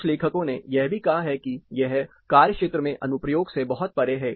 कुछ लेखकों ने यह भी कहा है कि यह कार्यक्षेत्र में अनुप्रयोग से बहुत परे है